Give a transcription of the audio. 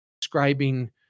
describing